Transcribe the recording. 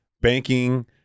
banking